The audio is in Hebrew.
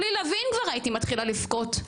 בלי להבין כבר הייתי מתחילה לבכות.